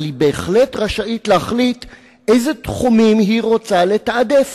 אבל היא בהחלט רשאית להחליט אילו תחומים היא רוצה לתעדף.